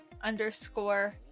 underscore